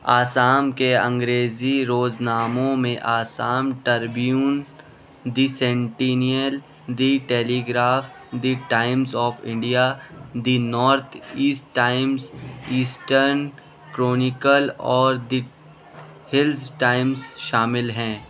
آسام کے انگریزی روزناموں میں Assam Tribune the Sentinel the Telegraph the Times of India the North East Times Eastern Chronicle اور the Hills Times شامل ہیں